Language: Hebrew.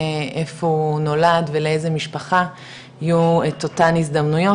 איפה הוא נולד ולאיזו משפחה יהיו את אותן הזדמנויות,